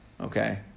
Okay